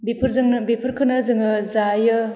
बेफोरजोंनो बेफोरखौनो जोङो जायो